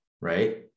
right